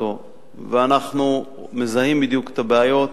אנחנו מזהים בדיוק את הבעיות.